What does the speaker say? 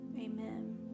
amen